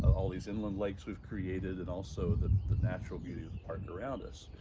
all these inland lakes we've created and also the the natural beauty of park around us.